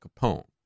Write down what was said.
Capone